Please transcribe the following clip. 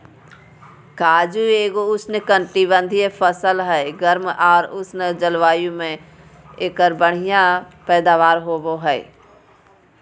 काजू एगो उष्णकटिबंधीय फसल हय, गर्म आर उष्ण जलवायु मे एकर बढ़िया पैदावार होबो हय